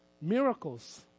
Miracles